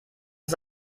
ist